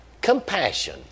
compassion